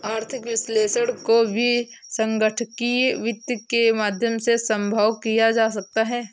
आर्थिक विश्लेषण को भी संगणकीय वित्त के माध्यम से सम्भव किया जा सकता है